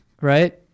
right